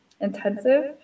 intensive